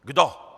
Kdo?